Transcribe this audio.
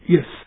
Yes